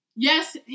Yes